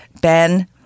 ben